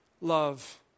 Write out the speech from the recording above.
love